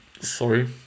Sorry